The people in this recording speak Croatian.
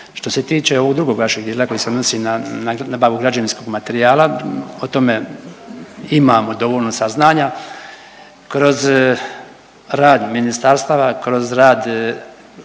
Što se tiče ovog drugog vašeg dijela koji se odnosi na nabavu građevinskog materijala, o tome imamo dovoljno saznanja kroz rad ministarstava, kroz rad